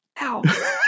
Ow